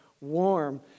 warm